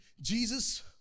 jesus